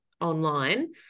online